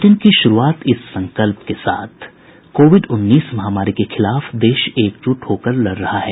bulletin की शुरूआत इस संकल्प के साथ कोविड उन्नीस महामारी के खिलाफ देश एकजुट होकर लड़ रहा है